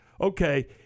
Okay